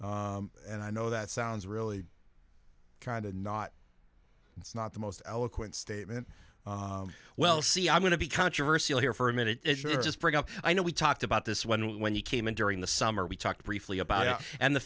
and i know that sounds really kind of not it's not the most eloquent statement well see i'm going to be controversy here for a minute if you're just bring up i know we talked about this when we when you came in during the summer we talked briefly about that and the